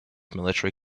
military